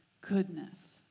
Goodness